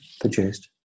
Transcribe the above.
produced